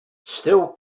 still